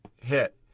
hit